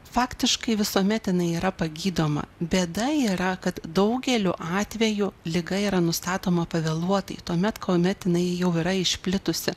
faktiškai visuomet jinai yra pagydoma bėda yra kad daugeliu atvejų liga yra nustatoma pavėluotai tuomet kuomet jinai jau yra išplitusi